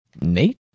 Nate